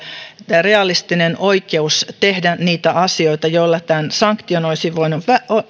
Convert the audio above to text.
realistinen oikeus tehdä niitä asioita joilla tämän sanktion olisi